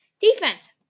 Defense